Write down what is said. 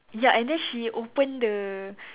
ya and then she open the